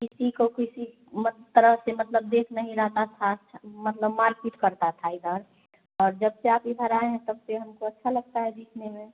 किसी को किसी मत तरह से मतलब देख नहीं रहता था अच्छा मतलब मार पीट करते थे इधर और जब से आप इधर आएँ हैं तब से हमको अच्छा लगता है देखने में